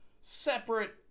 separate